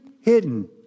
hidden